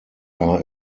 are